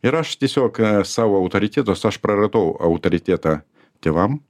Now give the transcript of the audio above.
ir aš tiesiog savo autoritetus aš praradau autoritetą tėvam